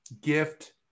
gift